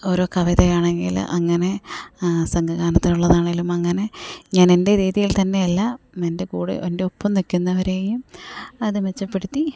ഓരോ കവിതയാണെങ്കിൽ അങ്ങനെ സംഘഗാനത്തിനുള്ളതാണെങ്കി ലും അങ്ങനെ ഞാനെൻ്റെ രീതിയിൽത്തന്നെയെല്ലാം എൻ്റെ കൂടെ എൻ്റൊപ്പം നിൽക്കുന്നവരെയും അത് മെച്ചപ്പെടുത്തി